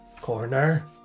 corner